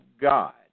God